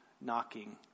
knocking